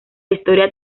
historia